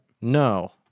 No